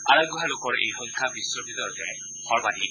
আৰোগ্য হোৱা লোকৰ এই সংখ্যা বিশ্বৰ ভিতৰতে সৰ্বাধিক